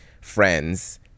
friends